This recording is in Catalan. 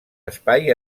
espai